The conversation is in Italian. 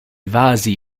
vasi